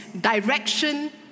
Direction